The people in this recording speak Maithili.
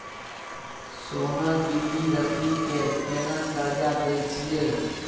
सोना गिरवी रखि के केना कर्जा दै छियै?